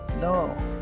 No